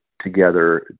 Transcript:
together